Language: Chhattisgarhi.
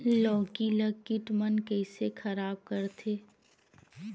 लौकी ला कीट मन कइसे खराब करथे?